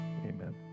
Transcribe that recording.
Amen